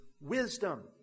wisdom